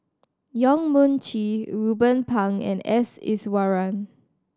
Yong Mun Chee Ruben Pang and S Iswaran